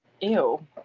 Ew